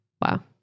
Wow